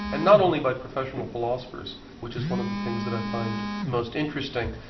and not only by professional philosophers, which is one of the things that i find most interesting.